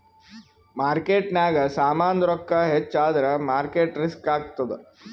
ಮಾರ್ಕೆಟ್ನಾಗ್ ಸಾಮಾಂದು ರೊಕ್ಕಾ ಹೆಚ್ಚ ಆದುರ್ ಮಾರ್ಕೇಟ್ ರಿಸ್ಕ್ ಆತ್ತುದ್